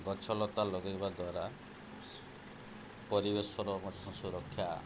ଗଛଲତା ଲଗାଇବା ଦ୍ୱାରା ପରିବେଶର ମଧ୍ୟ ସୁରକ୍ଷା